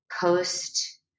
post